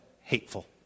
hateful